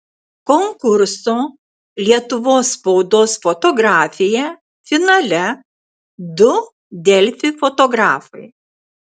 konkurso lietuvos spaudos fotografija finale du delfi fotografai